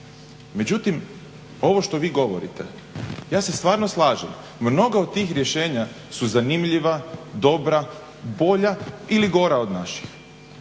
Međutim ovo što vi govorite, ja se stvarno slažem. Mnoga od tih rješenja su zanimljiva, dobra, bolja ili gora od naših.